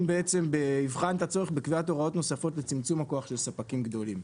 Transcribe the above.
בעצם ויבחן את הצורך בקביעת הוראות נוספות בצמצום הכוח של ספקים גדולים.